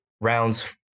Rounds